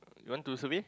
you want to survey